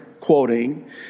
quoting